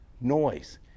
noise